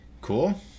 cool